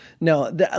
No